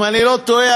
אם אני לא טועה,